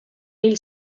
hil